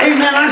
Amen